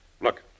Look